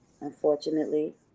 unfortunately